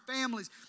families